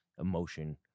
emotion